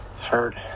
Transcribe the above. Hurt